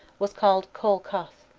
was called coel coeth.